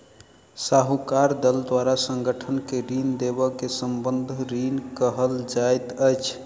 साहूकारक दल द्वारा संगठन के ऋण देबअ के संबंद्ध ऋण कहल जाइत अछि